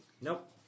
Nope